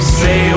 say